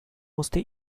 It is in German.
musste